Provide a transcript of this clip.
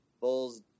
Bulls